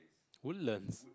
Woodlands